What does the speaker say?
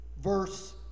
Verse